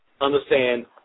understand